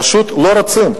הם פשוט לא רוצים.